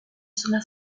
sulla